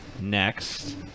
next